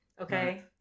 okay